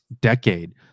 decade